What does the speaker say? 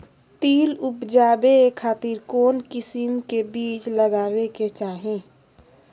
तिल उबजाबे खातिर कौन किस्म के बीज लगावे के चाही?